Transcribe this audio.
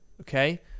okay